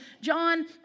John